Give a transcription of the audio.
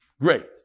Great